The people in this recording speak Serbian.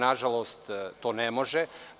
Nažalost, to ne može.